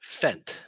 fent